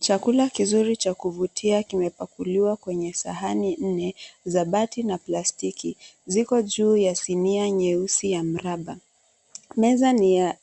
Chakula kizuri cha kuvutia kimepakuliwa kwenye sahani nne, za bati na plastiki, ziko juu ya sinia nyeusi ya mraba. Meza ni ya